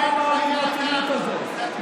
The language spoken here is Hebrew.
למה הלעומתיות הזאת?